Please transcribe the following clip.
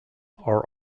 are